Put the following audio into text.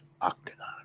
Octagon